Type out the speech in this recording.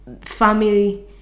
family